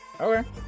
Okay